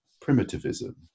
primitivism